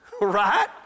Right